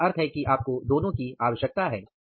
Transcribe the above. इसका अर्थ है कि आपको दोनों की जरूरत है